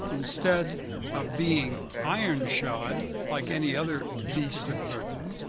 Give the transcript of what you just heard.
instead of being iron-shod like any other beast of burden,